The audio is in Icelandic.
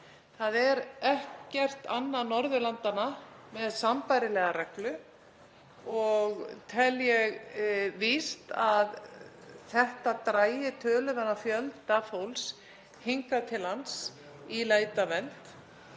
Það er ekkert annað Norðurlandanna með sambærilega reglu og tel ég víst að þetta dragi töluverðan fjölda fólks hingað til lands í leit að vernd.